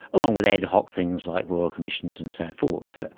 along with ad hoc things like royal commissions and so forth.